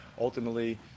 ultimately